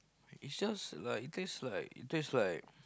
it's just like it taste like it taste like